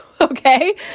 Okay